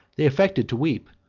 they affected to weep,